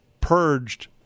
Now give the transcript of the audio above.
purged